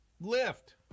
lift